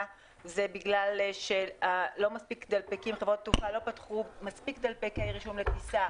היא שחברות התעופה לא פתחו מספיק דלפקי רישום לטיסה